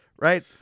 right